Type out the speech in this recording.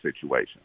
situation